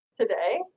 Today